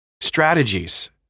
Strategies